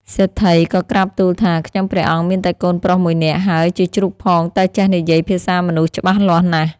សេដ្ឋីក៏ក្រាបទូលថា ខ្ញុំព្រះអង្គមានតែកូនប្រុសមួយនាក់ ហើយជាជ្រូកផង តែចេះនិយាយភាសាមនុស្សច្បាស់លាស់ណាស់។